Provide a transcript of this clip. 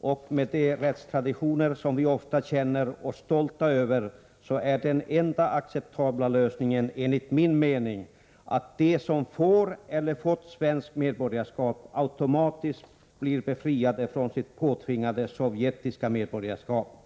och med de rättstraditioner som vi ofta känner oss stolta över är den enda acceptabla lösningen enligt min mening att de som får eller har fått svenskt medborgarskap automatiskt blir befriade från sitt påtvingade sovjetiska medborgarskap.